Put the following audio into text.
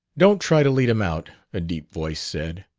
don't try to lead him out, a deep voice said.